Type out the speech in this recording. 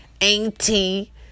Auntie